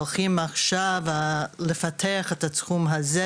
הולכים עכשיו לפתח את התחום הזה,